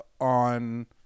on